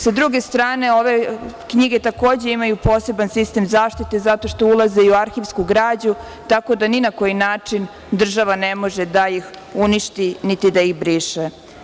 Sa druge strane, ove knjige takođe imaju poseban sistem zaštite zato što ulaze i u arhivsku građu, tako da ni na koji način država ne može da ih uništi, niti da ih briše.